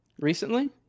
Recently